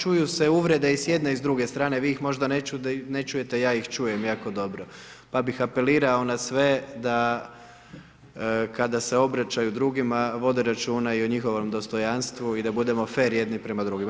Čuju se uvrede i s jedne i s druge strane, vi ih možda ne čujete, ja ih čujem, jako dobro, pa bih apelirao na sve kada se obraćaju drugima vode računa i o njihovom dostojanstvu i da budemo fer jedni prema drugima.